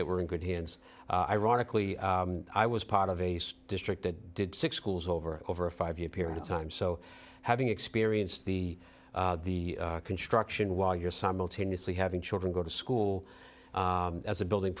that we're in good hands ironically i was part of a strict that did six schools over over a five year period of time so having experienced the the construction while you're simultaneously having children go to school as a building